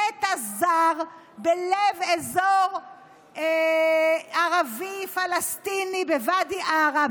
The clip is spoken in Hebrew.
נטע זר בלב אזור ערבי פלסטיני בוואדי עארה,